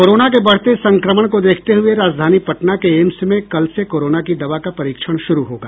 corona के बढ़ते संक्रमण को देखते हुये राजधानी पटना के एम्स में कल से कोरोना की दवा का परीक्षण शुरू होगा